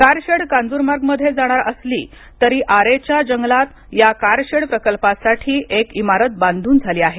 car shed कांजूरमार्गमध्ये जाणार असली तरी आरेच्या जंगलात या कारशेड प्रकल्पासाठी एक इमारत बांधून झाली आहे